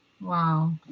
Wow